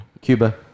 Cuba